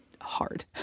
hard